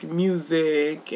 music